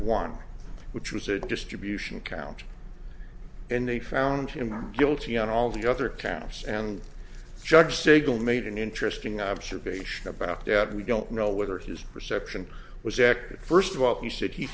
one which was a distribution count and they found him guilty on all the other counts and judge sigel made an interesting observation about that we don't know whether his perception was active first of all he said he